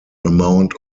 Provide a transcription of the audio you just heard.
amount